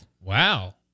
Wow